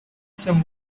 some